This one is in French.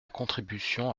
contribution